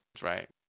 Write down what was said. right